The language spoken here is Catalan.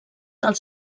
els